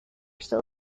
still